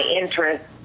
interest